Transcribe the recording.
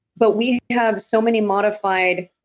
but we have so many modified,